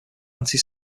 anti